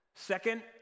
Second